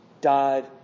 died